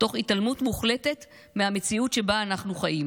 תוך התעלמות מוחלטת מהמציאות שבה אנחנו חיים,